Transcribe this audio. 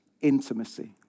intimacy